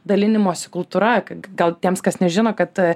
dalinimosi kultūra gal tiems kas nežino kad